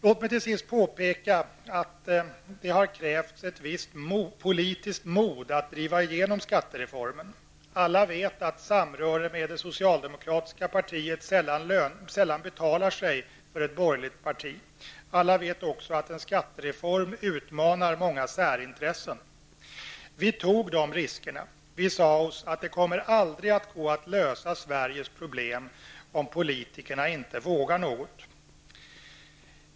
Låt mig till sist påpeka att det krävdes ett visst politiskt mod att driva igenom skattereformen. Alla vet att samröre med det socialdemokratiska partiet sällan betalar sig för ett borgerligt parti. Alla vet också att en skattereform utmanar många särintressen. Vi tog dessa risker. Vi sade oss att det aldrig kommer att gå att lösa Sveriges problem om politikerna inte vågar något.